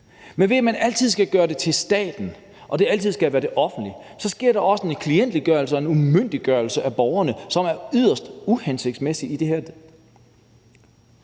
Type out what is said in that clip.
Men når man altid skal få det til at handle om staten og det offentlige, sker der en klientgørelse og en umyndiggørelse af borgerne, som er yderst uhensigtsmæssig i forhold